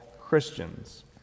Christians